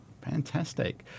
Fantastic